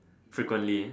frequently